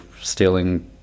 stealing